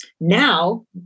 now